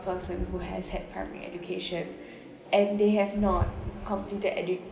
person who has had primary education and they have not completed edu